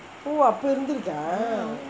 oh அப்போ இருந்திருக்கா:appo irunthirukkaa